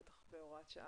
בטח לא בהוראת שעה.